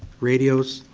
radios,